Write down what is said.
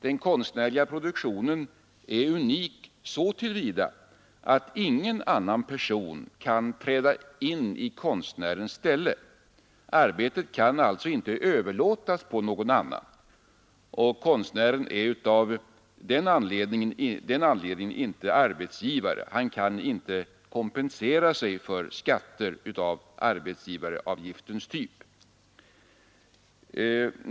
Den konstnärliga produktionen är unik så till vida att ingen annan person kan träda in i konstnärens ställe. Arbetet kan alltså inte överlåtas på någon annan. Konstnären är av den anledningen inte arbetsgivare. Han kan inte kompensera sig för skatter av arbetsgivaravgiftens typ.